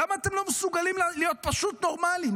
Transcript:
למה אתם לא מסוגלים להיות פשוט נורמליים?